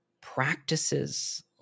practices